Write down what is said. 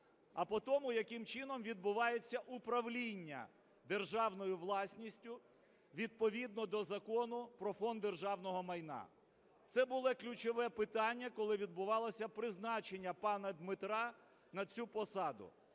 а по тому, яким чином відбувається управління державною власністю відповідно до Закону про Фонд державного майна. Це було ключове питання, коли відбувалося призначення пана Дмитра на цю посаду.